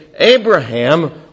Abraham